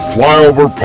Flyover